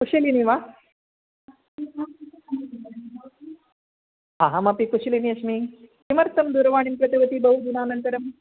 कुशलिनी वा अहमपि कुशलिनी अस्मि किमर्थं दूरवाणीं कृतवति बहु दिनानन्तरम्